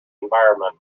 atmosphere